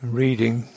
reading